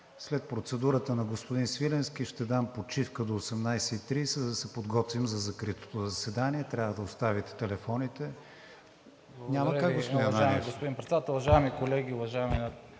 След процедурата на господин Свиленски ще дам почивка до 18,30 ч. да се подготвим за закритото заседание. Трябва да оставите телефоните. ГЕОРГИ СВИЛЕНСКИ (БСП